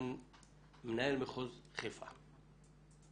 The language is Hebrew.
על מנהל מחוז חיפה.